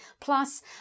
plus